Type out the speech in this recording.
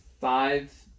five